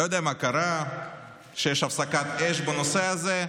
לא יודע מה קרה שיש הפסקת אש בנושא הזה,